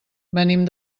venim